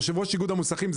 יו"ר איגוד המוסכים,